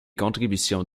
contributions